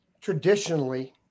Traditionally